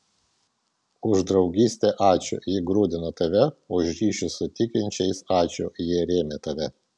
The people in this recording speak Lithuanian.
už draugystę ačiū ji grūdino tave už ryšius su tikinčiais ačiū jie rėmė tave